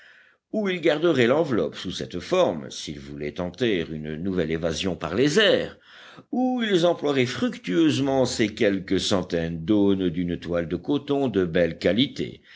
ou ils garderaient l'enveloppe sous cette forme s'ils voulaient tenter une nouvelle évasion par les airs ou ils emploieraient fructueusement ces quelques centaines d'aunes d'une toile de coton de belle qualité